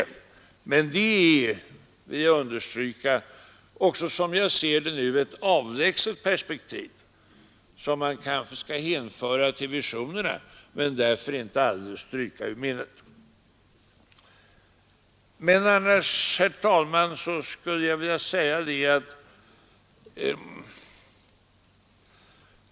Men det är, — det vill jag understryka — såsom jag ser det ett avlägset perspektiv, som man kanske skall hänföra till visionerna men därför inte alldeles stryka ur minnet.